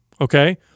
okay